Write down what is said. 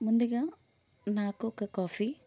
ముందుగా నాకు ఒక కాఫీ